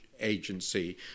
agency